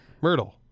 Myrtle